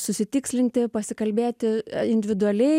susitikslinti pasikalbėti individualiai